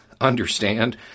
understand